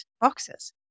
boxes